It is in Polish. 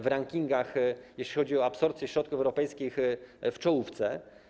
W rankingach, jeśli chodzi o absorbcję środków europejskich, jesteśmy w czołówce.